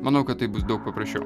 manau kad taip bus daug paprašiau